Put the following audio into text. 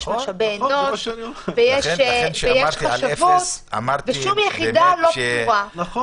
משאבי אנוש וחשבות -- נכון.